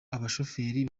abashoferi